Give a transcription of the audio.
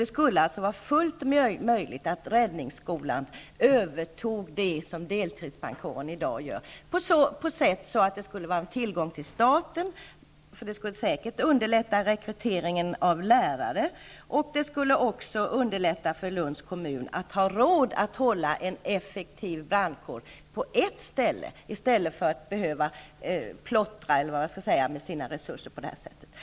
Det skulle vara fullt möjligt för räddningsskolan att överta det som deltidsbrandkåren i dag gör, på ett sådant sätt att det skulle vara en tillgång för staten. Det skulle säkerligen underlätta rekryteringen av lärare, och Lunds kommun skulle få råd att hålla en effektiv brandkår på ett ställe i stället för att behöva plottra med sina resurser på det sätt som nu sker.